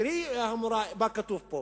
תראי, המורה, מה כתוב פה.